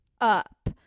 up